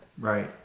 right